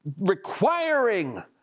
requiring